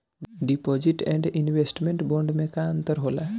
Deposit and investment bond मे का अंतर होला?